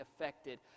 affected